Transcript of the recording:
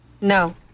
no